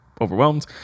overwhelmed